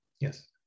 Yes